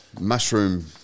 Mushroom